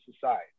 society